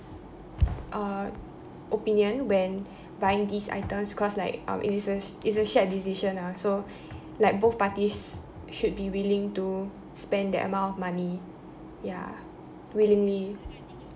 uh opinion when buying these items cause like um it is a it's a shared decision ah so like both parties should be willing to spend that amount of money ya willingly